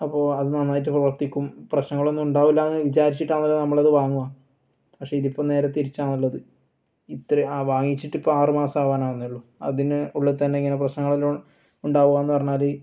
അപ്പോൾ അത് നന്നായിട്ട് പ്രവർത്തിക്കും പ്രശ്നങ്ങളൊന്നും ഉണ്ടാവില്ലാന്ന് വിചാരിച്ചിട്ടാണല്ലോ നമ്മളത് വാങ്ങുക പക്ഷേ ഇതിപ്പോൾ നേരെ തിരിച്ചാണ് ഉള്ളത് ഇത്രേ ആ വാങ്ങിച്ചിട്ടിപ്പോൾ ആറ് മാസം ആവാനാവുന്നതെയുള്ളൂ അതിന് ഉള്ളിൽ തന്നെ ഇങ്ങനെ പ്രശ്നങ്ങളെല്ലാം ഉണ്ടാവുകാന്ന് പറഞ്ഞാൽ